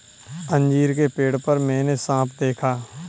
अंजीर के पेड़ पर मैंने साँप देखा